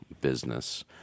business